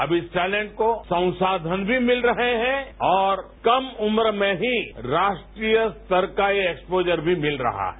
अब इस चैलंज को संसाधन ही मिल रहे हैं और कम उप्र में ही राष्ट्रीय स्तर का यह एक्सप्रोजर भी मिल रहा है